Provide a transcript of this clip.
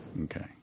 Okay